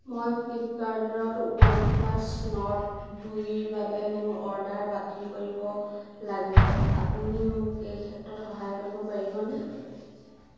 মই ফ্লিপ্পকাৰ্টত OnePlus Nord দুইৰ বাবে মোৰ অৰ্ডাৰ বাতিল কৰিব লাগিব আপুনি মোক এই ক্ষেত্ৰত সহায় কৰিব পাৰিবনে